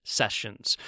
sessions